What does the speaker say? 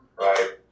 Right